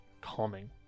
calming